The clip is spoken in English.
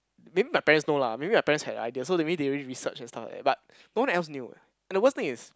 maybe my parents know lah maybe my parents had a idea so maybe they already research and stuff like that but no one else knew eh and the worst thing is